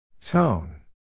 Tone